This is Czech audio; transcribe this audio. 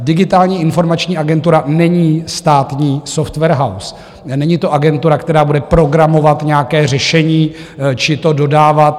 Digitální a informační agentura není státní software house, není to agentura, která bude programovat nějaké řešení či to dodávat.